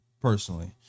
personally